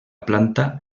planta